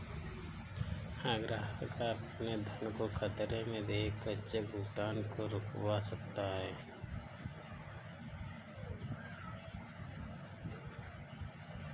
हर ग्राहक अपने धन को खतरे में देख कर चेक भुगतान को रुकवा सकता है